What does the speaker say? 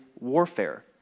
warfare